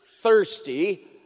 thirsty